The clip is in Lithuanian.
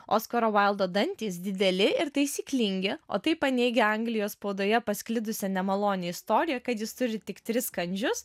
oskaro vaildo dantys dideli ir taisyklingi o tai paneigia anglijos spaudoje pasklidusią nemalonią istoriją kad jis turi tik tris kandžius